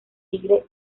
tigre